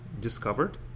discovered